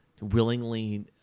willingly